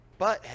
butthead